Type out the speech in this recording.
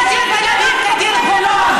ודין תל אביב כדין חולון,